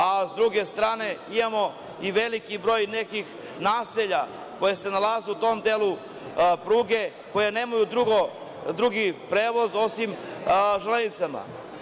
Sa druge strane, imamo i veliki broj nekih naselja koja se nalaze u tom delu pruge, koje nemaju drugi prevoz osim železnicama.